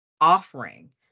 offering